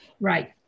Right